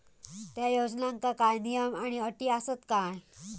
त्या योजनांका काय नियम आणि अटी आसत काय?